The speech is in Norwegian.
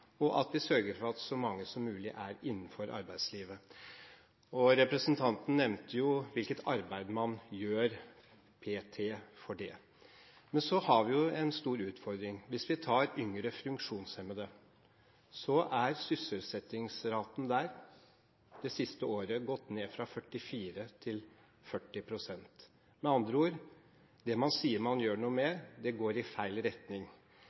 – at vi sørger for at så mange som mulig er innenfor arbeidslivet. Representanten nevnte hvilket arbeid man p.t. gjør her. Men så har vi en stor utfordring. Hvis vi ser på gruppen yngre funksjonshemmede, ser vi at sysselsettingsraten det siste året har gått ned – fra 44 pst. til 40 pst. Med andre ord: Det man sier man gjør noe med, går i feil retning.